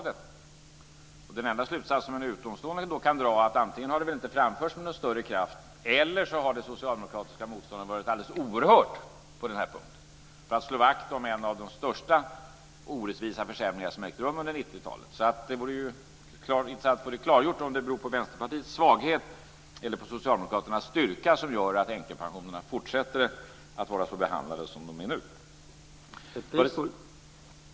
Den enda slutsats som en utomstående kan dra är att antingen har det hela inte framförts med någon större kraft eller också har det socialdemokratiska motståndet varit alldeles oerhört på denna punkt för att slå vakt om en av de största orättvisa försämringarna som ägt rum under 90-talet. Det vore alltså intressant att få klargjort om det är Vänsterpartiets svaghet eller om det är Socialdemokraternas styrka som gör att änkepensionerna fortsatt blir behandlade som de blir nu.